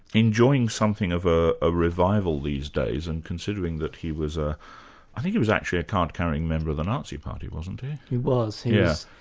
enjoying something of ah a revival these days, and considering that he was ah i think he was actually a card-carrying member of the nazi party, wasn't he? he was, yes.